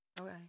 Okay